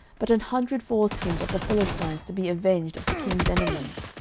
but an hundred foreskins of the philistines, to be avenged of the king's enemies.